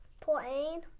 playing